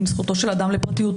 עם זכותו של אדם לפרטיותו,